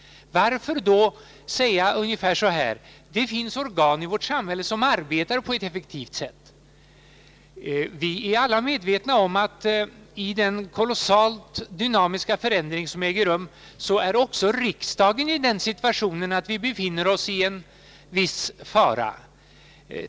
Varför då säga ungefär så här: Det finns organ i vårt samhälle som arbetar med frågan på ett effektivt sätt. Vi är alla medvetna om att i den kolossalt dynamiska förändring som äger rum befinner sig också riksdagen i en viss fara.